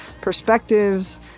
perspectives